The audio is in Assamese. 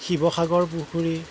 শিৱসাগৰ পুখুৰী